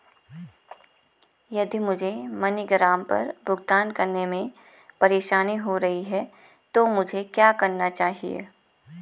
यदि मुझे मनीग्राम पर भुगतान करने में परेशानी हो रही है तो मुझे क्या करना चाहिए?